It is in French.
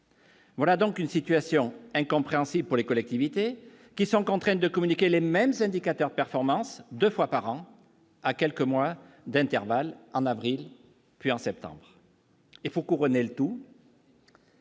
Voilà donc une situation incompréhensible pour les collectivités qui sont contraints de communiquer les mêmes indicateurs performance 2 fois par an, à quelques mois d'intervalle en avril puis en septembre, il faut couronner le tout.